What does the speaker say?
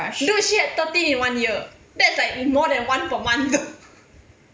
dude she had thirteen in one year that's like more than one per month